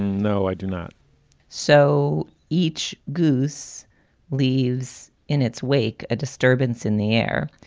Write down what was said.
no, i do not so each goose leaves in its wake a disturbance in the air,